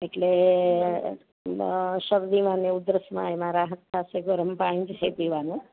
એટલે શરડીના ને ઉધરસના એમાં રાહત થાશે અને ગરમ પાણી પીવાનું